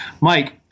Mike